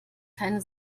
keine